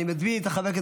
אני מזמין את חבר הכנסת